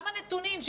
גם הנתונים,